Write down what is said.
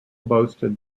boasted